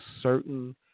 certain